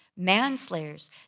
Manslayers